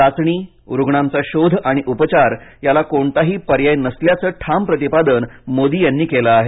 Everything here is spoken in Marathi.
चाचणी रुग्णांचा शोध आणि उपचार याला कोणताही पर्याय नसल्याचं ठाम प्रतिपादन मोदी यांनी केलं आहे